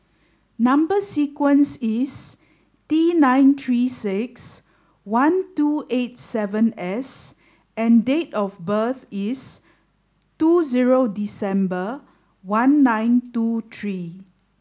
number sequence is T nine three six one two eight seven S and date of birth is two zero December one nine two three